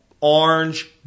orange